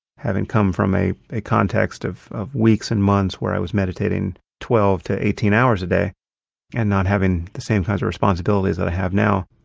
having come from a a context of of weeks and months where i was meditating twelve to eighteen hours a day and not having the same kinds of responsibilities that i have now.